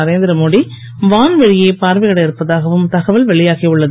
நரேந்திரமோடி வான்வழியே பார்வையிட இருப்பதாகவும் தகவல் வெளியாகி உள்ளது